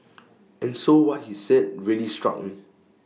and so what he said really struck me